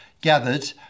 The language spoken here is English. gathered